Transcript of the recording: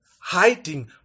hiding